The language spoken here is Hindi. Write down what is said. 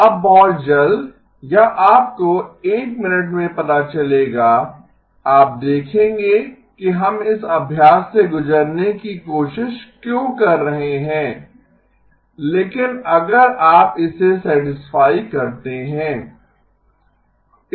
अब बहुत जल्द या आपको एक मिनट में पता चलेगा आप देखेंगे कि हम इस अभ्यास से गुजरने की कोशिश क्यों कर रहे हैं लेकिन अगर आप इसे सैटिस्फाई करते हैं